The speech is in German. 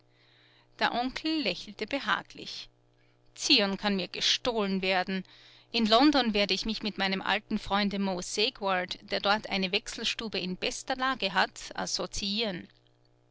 der onkel lächelte behaglich zion kann mir gestohlen werden in london werde ich mich mit meinem alten freunde moe seegward der dort eine wechselstube in bester lage hat associieren